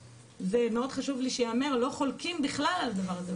מאוד חשוב לי שייאמר אנחנו לא חולקים בכלל על הדבר הזה,